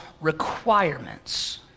requirements